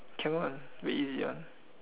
can one very easy one